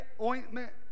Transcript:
ointment